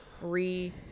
Re